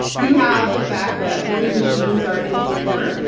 you have the fact that voting machines are insecure.